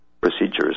procedures